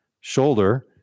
shoulder